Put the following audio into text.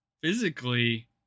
physically